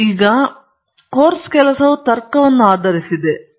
ಮತ್ತು ಮೂಲಭೂತವಾಗಿ ಕೋರ್ಸ್ ಕೆಲಸವು ತರ್ಕವನ್ನು ಆಧರಿಸಿದೆ